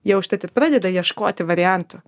jie užtat pradeda ieškoti variantų